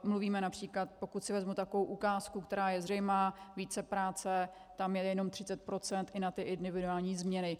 Mluvíme například, pokud si vezmu takovou ukázku, která je zřejmá, vícepráce, tam je jenom 30 % i na ty individuální změny.